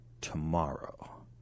tomorrow